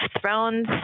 Thrones